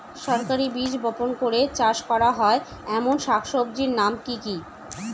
সরাসরি বীজ বপন করে চাষ করা হয় এমন শাকসবজির নাম কি কী?